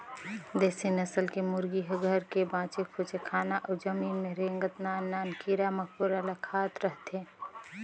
देसी नसल के मुरगी ह घर के बाचे खुचे खाना अउ जमीन में रेंगत नान नान कीरा मकोरा ल खात रहथे